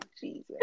Jesus